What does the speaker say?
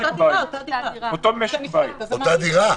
אותה דירה?